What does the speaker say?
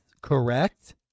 correct